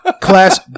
Class